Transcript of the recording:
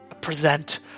present